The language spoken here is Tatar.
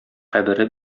кабере